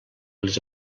les